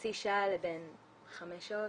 חצי שעה לבין חמש שעות,